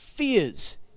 Fears